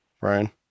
Brian